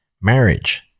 marriage